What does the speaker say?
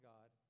God